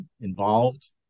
involved